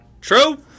true